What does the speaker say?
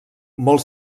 molts